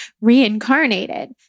reincarnated